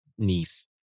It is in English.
niece